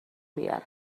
بیارم